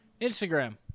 Instagram